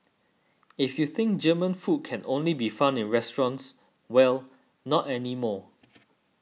if you think German food can only be found in restaurants well not anymore